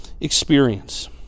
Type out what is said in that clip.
experience